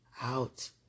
out